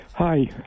Hi